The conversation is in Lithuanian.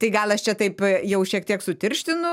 tai gal aš čia taip jau šiek tiek sutirštinu